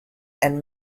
and